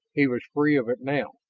he was free of it now.